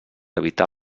evitar